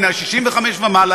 בני ה-65 ומעלה,